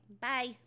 Bye